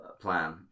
plan